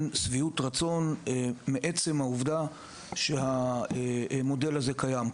שביעות רצון מעצם העובדה שהמודל הזה קיים.